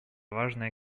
важное